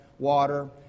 water